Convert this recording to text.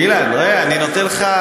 אילן, אני נותן לך